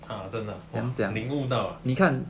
ah 真的领悟到